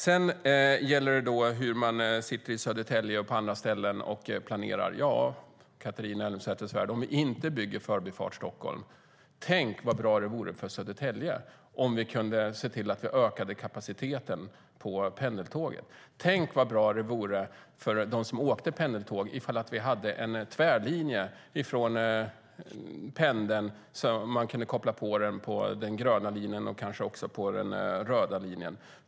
Sedan var det hur man sitter i Södertälje och på andra ställen och planerar. Om vi inte bygger Förbifart Stockholm, Catharina Elmsäter-Svärd, tänk vad bra det vore för Södertälje om vi kunde öka kapaciteten på pendeltågen. Tänk vad bra det vore för dem som åker pendeltåg om det kunde finnas en tvärlinje från pendeln som kan kopplas till den gröna linjen eller den röda linjen.